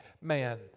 man